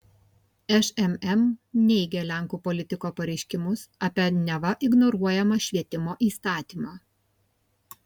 šmm neigia lenkų politiko pareiškimus apie neva ignoruojamą švietimo įstatymą